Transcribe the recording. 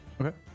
Okay